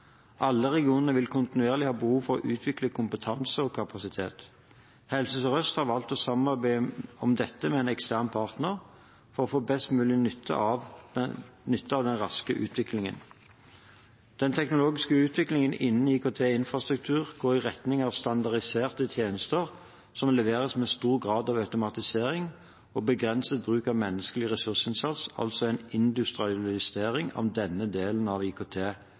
Alle regionene vil kontinuerlig ha behov for å utvikle kompetanse og kapasitet. Helse Sør-Øst har valgt å samarbeide om dette med en ekstern partner for å få best mulig nytte av den raske utviklingen. Den teknologiske utviklingen innen IKT-infrastruktur går i retning av standardiserte tjenester som leveres med stor grad av automatisering og begrenset bruk av menneskelig ressursinnsats – altså en industrialisering av denne delen av